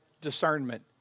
discernment